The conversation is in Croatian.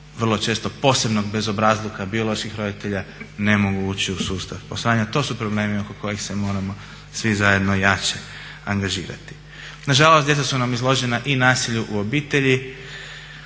vrlo često posebnog bezobrazluka bioloških roditelja ne mogu ući u sustav posvajanja. To su problemi oko kojih se moramo svi zajedno jače angažirati. Nažalost, djeca su nam izložena i nasilju u obitelji